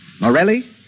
Morelli